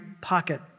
pocket